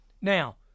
now